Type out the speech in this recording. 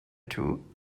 two